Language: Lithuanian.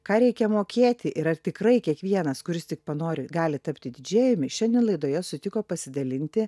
ką reikia mokėti ir ar tikrai kiekvienas kuris tik panori gali tapti didžėjumi šiandien laidoje sutiko pasidalinti